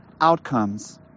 outcomes